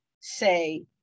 say